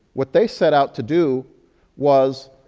what they set out to do was,